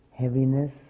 heaviness